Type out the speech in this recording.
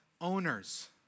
owners